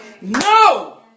No